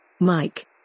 Mike